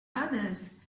others